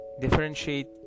differentiate